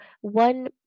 one